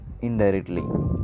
indirectly